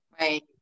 Right